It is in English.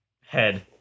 head